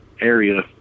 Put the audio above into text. area